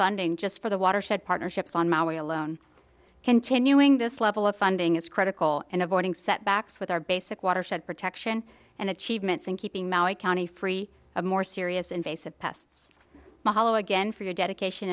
funding just for the watershed partnerships on maui alone continuing this level of funding is critical in avoiding setbacks with our basic watershed protection and achievements in keeping maui county free of more serious invasive pests mahalo again for your dedication